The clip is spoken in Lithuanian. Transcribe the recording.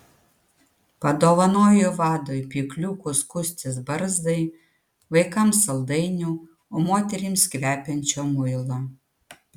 padovanoju vadui pjūkliukų skustis barzdai vaikams saldainių o moterims kvepiančio muilo